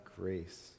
grace